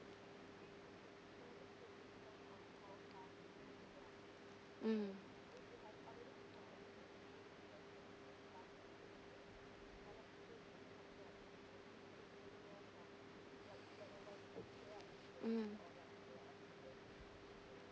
mm mm